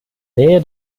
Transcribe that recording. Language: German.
nähe